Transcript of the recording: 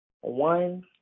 one